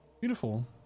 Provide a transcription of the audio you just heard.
Beautiful